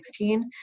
2016